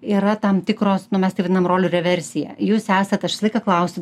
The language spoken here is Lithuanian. yra tam tikros nu mes tai vadinam rolių reversija jūs esat aš visą laiką klausiu